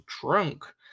drunk